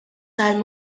tal